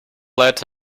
let